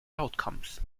outcomes